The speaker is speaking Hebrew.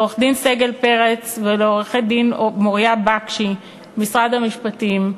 לעורך-דין פרץ סגל ולעורכת-דין מוריה בקשי ממשרד המשפטים,